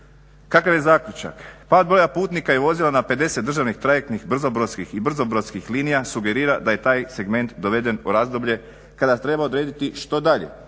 Kakav je zaključak? Pa od broja putnika i vozila na 50 državnih trajektnih, brzobrodskih linija sugerira da je taj segment doveden u razdoblje kada treba odrediti što dalje,